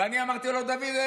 ואני אמרתי לו: דוידל'ה,